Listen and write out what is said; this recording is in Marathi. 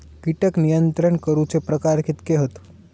कीटक नियंत्रण करूचे प्रकार कितके हत?